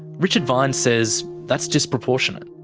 richard vines says that's disproportionate.